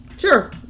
sure